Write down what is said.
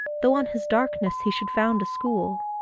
though on his darkness he should found a school.